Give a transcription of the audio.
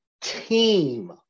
team